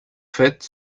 fête